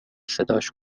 صداش